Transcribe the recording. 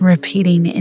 repeating